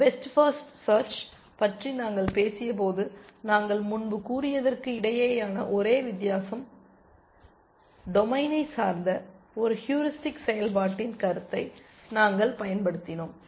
best first search பற்றி நாங்கள் பேசியபோது நாங்கள் முன்பு கூறியதற்கு இடையேயான ஒரே வித்தியாசம் டொமைனை சார்ந்த ஒரு ஹூரிஸ்டிக் செயல்பாட்டின் கருத்தை நாங்கள் பயன்படுத்தினோம்